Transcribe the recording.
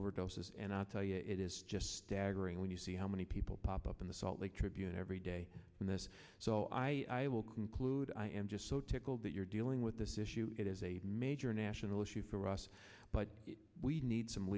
verdoses and i'll tell you it is just staggering when you see how many people pop up in the salt lake tribune every day and this so i will conclude i am just so tickled that you're dealing with this issue it is a major national issue for us but we need some